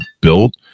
built